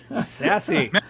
sassy